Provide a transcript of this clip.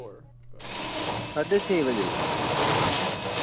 साढे छे बजे